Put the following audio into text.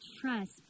trust